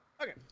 Okay